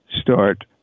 start